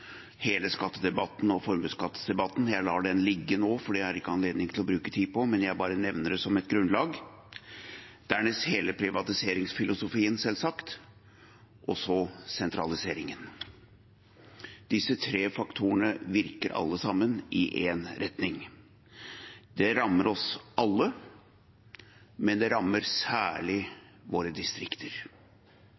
hele skattedebatten og formuesskattdebatten. Jeg lar den ligge nå, for det er det ikke anledning til å bruke tid på, men jeg bare nevner det som et grunnlag. Den andre er hele privatiseringsfilosofien, selvsagt, og den tredje er sentraliseringen. Disse tre faktorene virker alle sammen i én retning. Det rammer oss alle, men det rammer særlig